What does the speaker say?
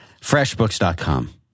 Freshbooks.com